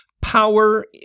power